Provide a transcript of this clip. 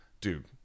Dude